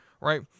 right